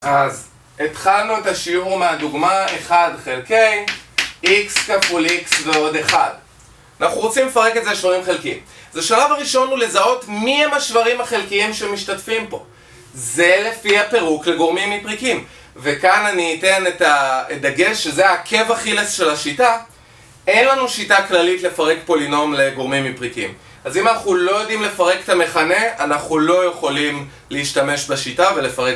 אז התחלנו את השיעור מהדוגמה 1 חלקי, x כפול x ועוד 1 אנחנו רוצים לפרק את זה לשברים חלקיים אז השלב הראשון הוא לזהות מי הם השברים החלקיים שמשתתפים פה זה לפי הפירוק לגורמים מפריקים וכאן אני אתן את הדגש שזה העקב אכילס של השיטה אין לנו שיטה כללית לפרק פולינום לגורמים מפריקים אז אם אנחנו לא יודעים לפרק את המכנה אנחנו לא יכולים להשתמש בשיטה ולפרק...